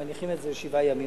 מניחים את זה שבעה ימים.